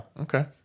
Okay